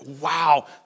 wow